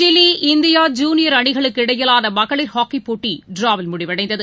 Chile India junior அணிகளுக்கு இடையிலானமகளிர் ஹாக்கிபோட்டிடிராவில் முடிவடைந்தது